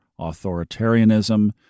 authoritarianism